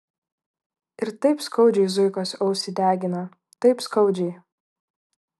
ir taip skaudžiai zuikos ausį degina taip skaudžiai